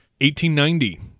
1890